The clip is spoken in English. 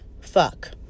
Fuck